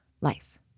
life